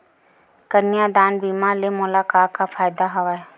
कन्यादान बीमा ले मोला का का फ़ायदा हवय?